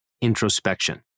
introspection